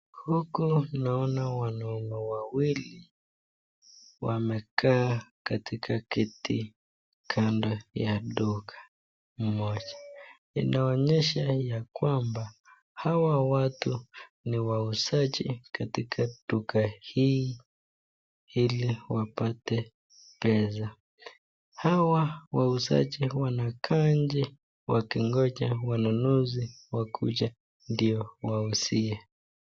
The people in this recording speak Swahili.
Huku naona wanaume wawili wamekaa katika kiti kando ya duka moja, inaonyesha ya kwamba hawa watu ni wauzaji katika duka hii ili wapate pesa, hawa wauzaji wanakaa nje wakingoja wanunuzi wakuje ndio wauzie.